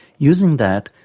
using that,